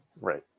Right